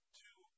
two